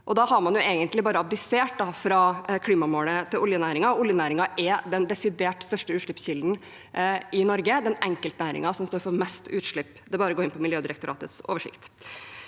da har man egentlig bare abdisert fra klimamålet til oljenæringen. Oljenæringen er den desidert største utslippskilden i Norge – den enkeltnæringen som står for mest utslipp. Det er bare å gå inn på Miljødirektoratets oversikt.